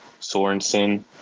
Sorensen